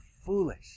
foolish